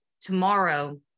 tomorrow